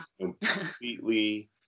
completely